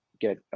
get